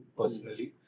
personally